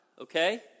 Okay